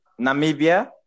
Namibia